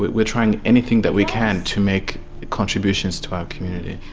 we're trying anything that we can to make contributions to our community.